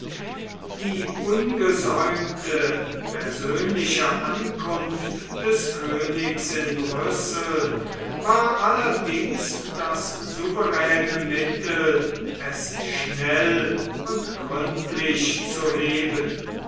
die ungesäumte persönliche ankunft des königs in brüssel war allerdings das souveräne mittel es schnell und gründlich zu heben